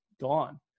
gone